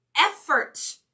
effort